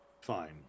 Fine